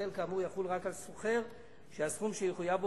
היטל כאמור יוטל רק על סוחר שהסכום שיחויב בו